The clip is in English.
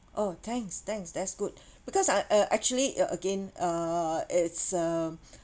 oh thanks thanks that's good because I uh actually uh again uh it's uh